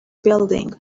building